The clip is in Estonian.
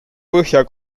põhja